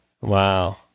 Wow